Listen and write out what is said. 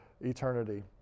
eternity